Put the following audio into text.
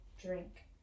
drink